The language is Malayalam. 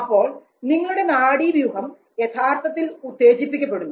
അപ്പോൾ നിങ്ങളുടെ നാഡീവ്യൂഹം യഥാർത്ഥത്തിൽ ഉത്തേജിപ്പിക്കപ്പെടുന്നു